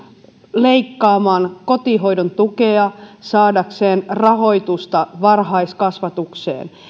leikkaamaan kotihoidon tukea saadakseen rahoitusta varhaiskasvatukseen